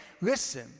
listen